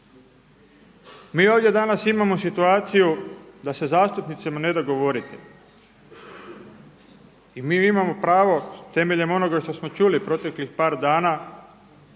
Mi ovdje danas imamo situaciju da se zastupnicima ne da govoriti. I mi imamo pravo temeljem onoga što smo čuli proteklih par dana